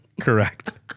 Correct